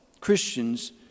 Christians